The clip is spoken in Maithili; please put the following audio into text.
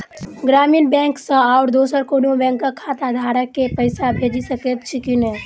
ग्रामीण बैंक सँ आओर दोसर कोनो बैंकक खाताधारक केँ पैसा भेजि सकैत छी की नै?